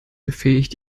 befähigt